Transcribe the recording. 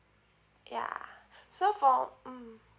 ya so for mm